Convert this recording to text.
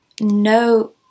no